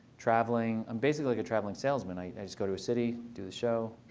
traveling i'm basically like a traveling salesman. i just go to a city, do the show,